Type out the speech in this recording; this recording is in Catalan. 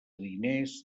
diners